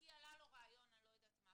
לא היתה פנייה למשטרה ואין פנייה למשטרה,